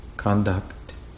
conduct